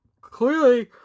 Clearly